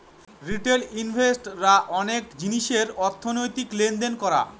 retail invest রা অনেক জিনিসের অর্থনৈতিক লেনদেন করা